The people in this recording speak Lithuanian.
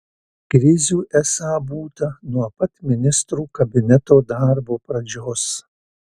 krizių esą būta nuo pat ministrų kabineto darbo pradžios